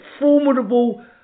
formidable